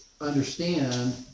understand